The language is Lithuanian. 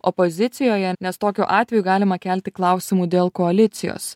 opozicijoje nes tokiu atveju galima kelti klausimų dėl koalicijos